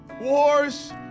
wars